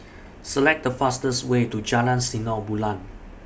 Select The fastest Way to Jalan Sinar Bulan